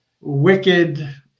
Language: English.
wicked